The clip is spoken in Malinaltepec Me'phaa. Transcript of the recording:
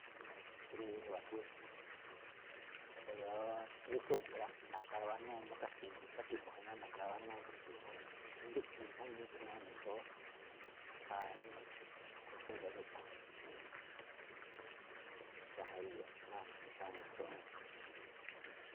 Rí wajiúú, pero rí xúge̱ꞌ rá, na̱kan rawanúu kasi̱ mbá tikhu ná na̱ka̱ rawanúu tígúu jayu, i̱mbi̱jmi̱i̱ jayu tsí nune̱ xóó, ikhaa rí kostúmbre̱ rúꞌkhue̱n, xuajen ríge̱ꞌ ná xuajen mistruwíín.